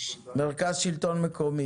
מרכז השלטון המקומי.